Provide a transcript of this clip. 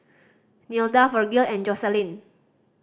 Nilda Virgil and Joselin